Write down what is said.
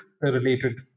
related